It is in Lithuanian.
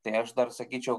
tai aš dar sakyčiau